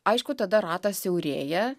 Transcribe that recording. aišku tada ratas siaurėja